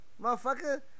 Motherfucker